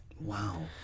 Wow